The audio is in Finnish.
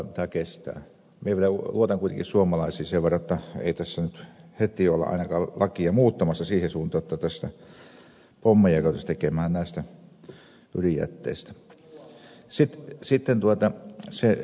minä vielä luotan kuitenkin suomalaisiin sen verran jotta ei tässä nyt heti olla ainakaan lakia muuttamassa siihen suuntaan jotta pommeja ruvettaisiin tekemään näistä ydinjätteistä